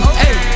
hey